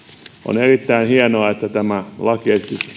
erittäin hienoa että tämä lakiesitys